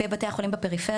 בעיקר בבתי החולים בפריפריה,